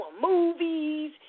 movies